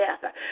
death